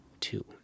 two